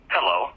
Hello